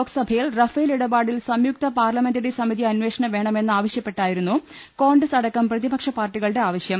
ലോക്സഭയിൽ റഫേൽ ഇടപാടിൽ സംയുക്ത പാർലമെന്ററിസമിതി അന്വേഷണം വേണമെന്ന് ആവ ശ്യപ്പെട്ടായിരുന്നു കോൺഗ്രസ് അടക്കം പ്രതിപക്ഷ പാർട്ടികളുടെ ആവശ്യം